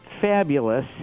fabulous